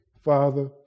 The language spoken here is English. Father